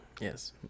Yes